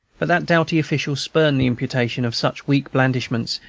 but that doughty official spurned the imputation of such weak blandishments,